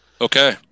Okay